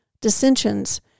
dissensions